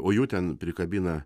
o jų ten prikabina